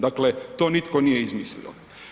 Dakle, to nitko nije izmislio.